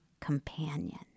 companion